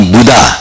Buddha